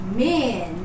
men